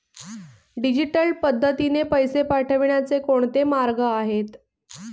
Digital पद्धतीने पैसे पाठवण्याचे कोणते मार्ग आहेत?